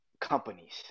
companies